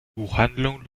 buchhandlung